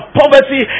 poverty